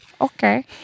Okay